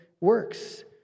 works